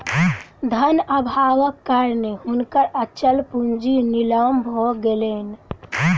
धन अभावक कारणेँ हुनकर अचल पूंजी नीलाम भ गेलैन